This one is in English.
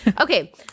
okay